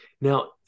now